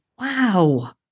Wow